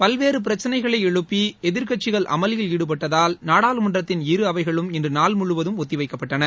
பல்வேறு பிரச்சனைகளை எழுப்பி எதிர்க்கட்சிகள் அமளியில் ஈடுபட்டதால் நாடாளுமன்றத்தின் இரு அவைகளும் இன்று நாள் முழுவதும் ஒத்தி வைக்கப்பட்டன